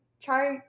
try